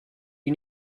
you